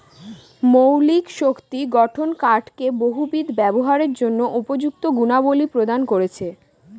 মৌলিক শক্ত গঠন কাঠকে বহুবিধ ব্যবহারের জন্য উপযুক্ত গুণাবলী প্রদান করেছে